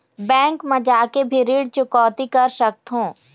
Bank मा जाके भी ऋण चुकौती कर सकथों?